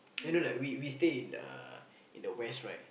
I know like we we stay in the in the West right